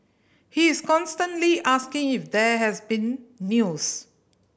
he is constantly asking if there has been news